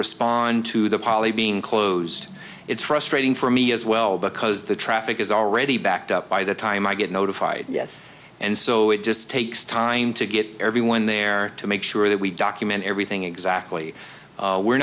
respond to the poly being closed it's frustrating for me as well because the traffic is already backed up by the time i get notified yes and so it just takes time to get everyone there to make sure that we document everything exactly we're